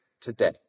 today